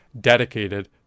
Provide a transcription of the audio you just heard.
dedicated